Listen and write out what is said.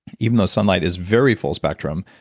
even though sunlight is very full spectrum.